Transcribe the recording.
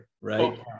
right